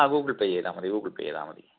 ആ Google pay ചെയ്താൽ മതി ഗൂഗിൾ പേ ചെയ്താൽ മതി